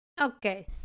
Okay